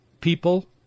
people